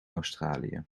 australië